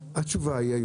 התשובה היא,